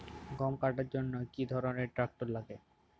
গম কাটার জন্য কি ধরনের ট্রাক্টার লাগে?